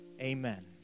Amen